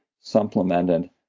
supplemented